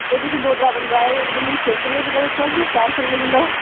ओह् जेह्ड़े दो त्रै बंदे आए दे हे इक नै मिकी छे सौ रपेऽ किल्लो दस्सेआ इक नै चार सौ रपेऽ किल्लो